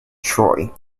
troy